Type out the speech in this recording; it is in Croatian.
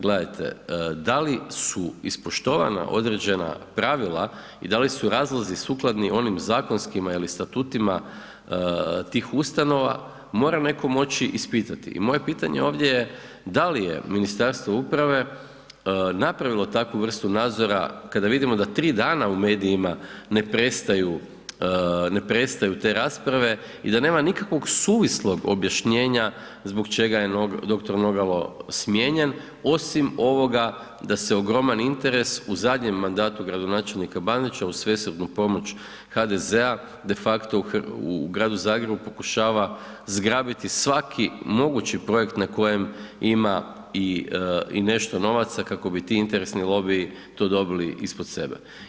Gledajte, da li su ispoštovana određena pravila i da li su razlozi sukladni onim zakonskima ili statutima tih ustanova, mora netko moći ispitati i moje pitanje ovdje je da li je Ministarstvo uprave napravilo takvu vrstu nadzora kada vidimo da 3 dana u medijima ne prestaju te rasprave i da nema nikakvog suvislog objašnjenja zbog čega je dr. Nogalo smijenjen, osim ovoga da se ogroman interes u zadnjem mandatu gradonačelnika Bandića u svesrdnu pomoć HDZ-a de facto u gradu Zagrebu pokušava zgrabiti svaki mogući projekt na kojem ima i nešto novaca kako bi ti interesni lobiji to dobili ispod sebe.